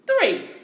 three